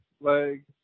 leg